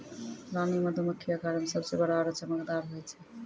रानी मधुमक्खी आकार मॅ सबसॅ बड़ो आरो चमकदार होय छै